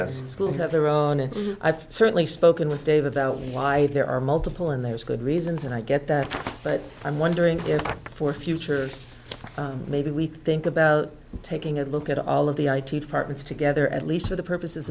s schools have their own and i've certainly spoken with dave about why there are multiple and there's good reasons and i get that but i'm wondering if for future maybe we think about taking a look at all of the i t departments together at least for the purpose